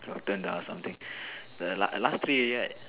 your turn to ask something the last last three already right